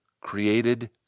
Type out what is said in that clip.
created